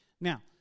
Now